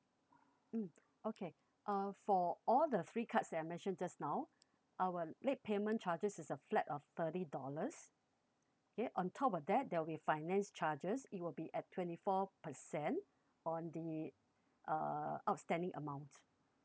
mm okay uh for all the three cards that I mentioned just now our late payment charges is a flat of thirty dollars okay on top of that there'll be finance charges it will be at twenty four percent on the uh outstanding amount